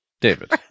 David